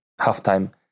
halftime